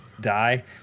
Die